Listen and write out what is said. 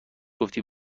گفتی